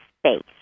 space